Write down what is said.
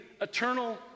eternal